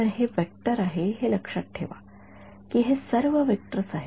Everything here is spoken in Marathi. तर हे वेक्टर आहे हे लक्षात ठेवा की हे सर्व व्हेक्टर्स आहेत